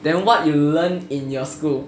then what you learn in your school